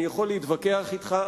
אני יכול להתווכח אתך,